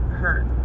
hurt